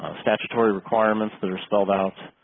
statutory requirements that are spelled out